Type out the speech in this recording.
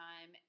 time